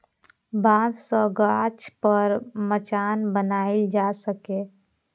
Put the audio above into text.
बांस सं गाछ पर मचान बनाएल जा सकैए